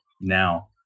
now